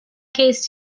case